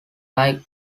like